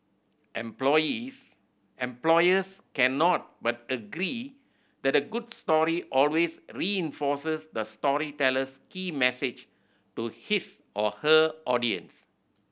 employs employers cannot but agree that a good story always reinforces the storyteller's key message to his or her audience